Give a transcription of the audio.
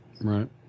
Right